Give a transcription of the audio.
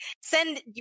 send